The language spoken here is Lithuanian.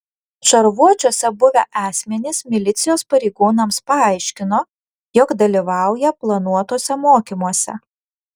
šarvuočiuose buvę asmenys milicijos pareigūnams paaiškino jog dalyvauja planuotuose mokymuose